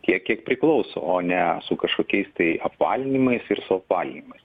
tiek kiek priklauso o ne su kažkokiais tai apvalinimais ir suapvalinimais